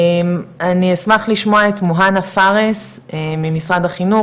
אני אשמח לשמוע את מוהאנה פארס ממשרד החינוך